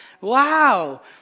Wow